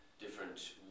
different